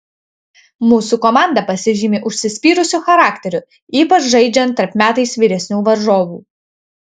mūsų komanda pasižymi užsispyrusiu charakteriu ypač žaidžiant tarp metais vyresnių varžovų